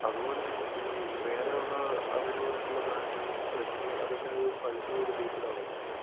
അത്പോലെ ഈ വേറെയുള്ള അവൈലബ്ൾ ആയിട്ടുള്ള ബ്രാൻഡ്കളൊന്നും എച്ച് പി അതെല്ലാം ഈ ഫൈവ് ജീടെ ബേസിലാണോ വരുന്നത്